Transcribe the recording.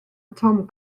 tom